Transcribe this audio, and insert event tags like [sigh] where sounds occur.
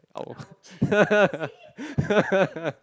!ouch! [laughs]